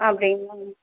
அப்படீங்களா